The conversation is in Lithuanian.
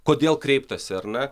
kodėl kreiptasi ar ne